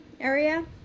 area